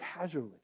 casually